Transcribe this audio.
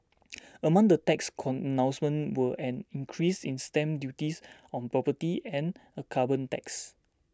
among the tax corn announcements were an increase in stamp duties on property and a carbon tax